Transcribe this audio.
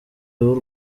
w’u